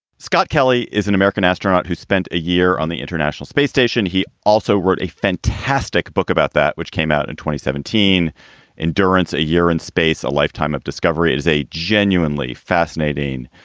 scott kelly is an american astronaut who spent a year on the international space station. he also wrote a fantastic book about that, which came out in twenty seventeen endurance a year in space. a lifetime of discovery is a genuinely fascinating,